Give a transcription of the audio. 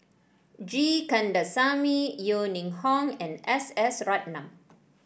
G Kandasamy Yeo Ning Hong and S S Ratnam